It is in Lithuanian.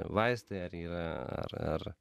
vaistai ar yra ar ar